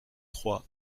trois